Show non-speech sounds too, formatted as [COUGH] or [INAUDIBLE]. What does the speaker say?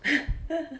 [NOISE]